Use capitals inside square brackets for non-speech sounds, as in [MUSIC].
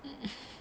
[LAUGHS]